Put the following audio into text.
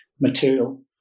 material